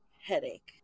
headache